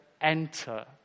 enter